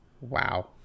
Wow